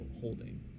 holding